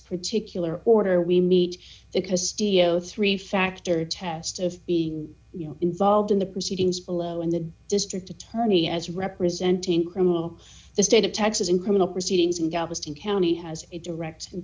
particular order we meet because studio three factor test of being you know involved in the proceedings below in the district attorney as representing criminal the state of texas in criminal proceedings in galveston county has a direct and